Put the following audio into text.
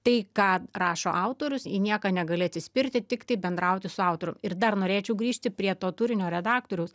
tai ką rašo autorius į nieką negali atsispirti tiktai bendrauti su autorium ir dar norėčiau grįžti prie to turinio redaktoriaus